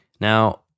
now